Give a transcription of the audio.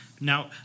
Now